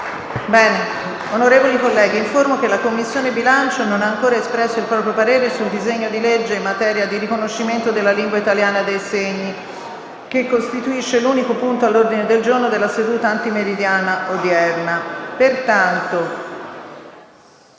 convocazione PRESIDENTE. Informo che la Commissione bilancio non ha ancora espresso il proprio parere sul disegno di legge in materia di riconoscimento della lingua italiana dei segni, che costituisce l’unico punto all’ordine del giorno della seduta antimeridiana odierna. Pertanto,